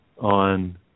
on